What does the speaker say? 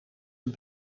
een